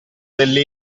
delle